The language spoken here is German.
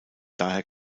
daher